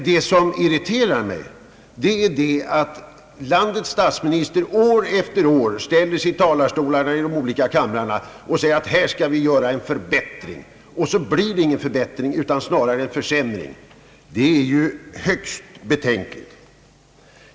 Det som irriterar mig är emellertid, att landets statsminister år efter år ställer sig i talarstolarna i de båda kamrarna och lovar förbättring, men sedan blir det ingen förbättring utan snarare en försämring. Det är högst betänkligt.